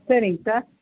சரிங் சார்